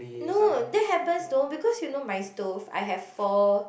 no that happens though because you know my stove I have four